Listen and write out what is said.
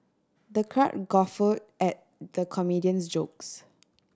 the crowd guffawed at the comedian's jokes